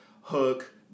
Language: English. hook